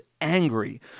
angry